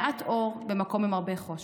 מעט אור במקום עם הרבה חושך.